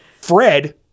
fred